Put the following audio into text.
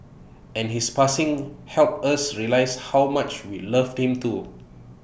and his passing helped us realise how much we loved him too